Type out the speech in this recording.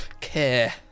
Care